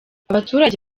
abaturage